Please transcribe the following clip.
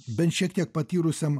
bent šiek tiek patyrusiam